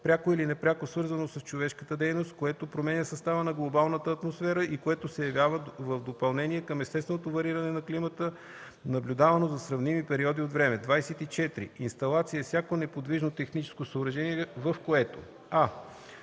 пряко или непряко свързано с човешка дейност, което променя състава на глобалната атмосфера и което се явява в допълнение към естественото вариране на климата, наблюдавано за сравними периоди от време. 24. „Инсталация” е всяко неподвижно техническо съоръжение, в което: